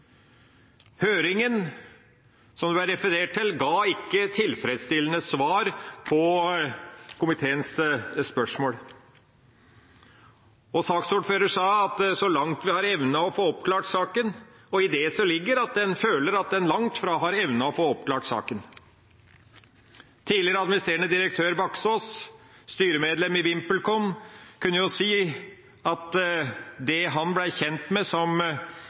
som det ble referert til, ga ikke tilfredsstillende svar på komiteens spørsmål. Saksordføreren sa: «Så langt vi har evnet å få opplyst saken» – og i det ligger at en føler at en langt fra har evnet å få opplyst saken. Tidligere administrerende direktør, Baksaas, styremedlem i VimpelCom, kunne si at det han ble kjent med som